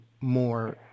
more